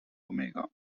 omega